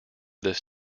this